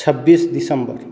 छब्बीस दिसम्बर